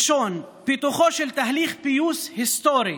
הראשון, פיתוחו של תהליך פיוס היסטורי